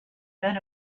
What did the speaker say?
than